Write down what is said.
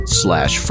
slash